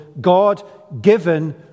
God-given